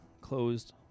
closed